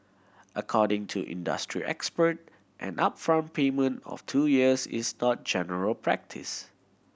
according to industry expert an upfront payment of two years is not general practice